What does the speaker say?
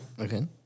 Okay